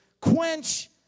quench